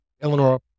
Eleanor